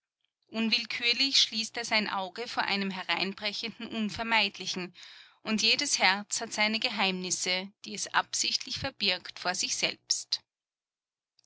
unwillkürlich schließt er sein auge vor einem hereinbrechenden unvermeidlichen und jedes herz hat seine geheimnisse die es absichtlich verbirgt vor sich selbst